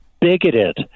bigoted